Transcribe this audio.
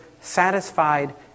satisfied